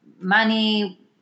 money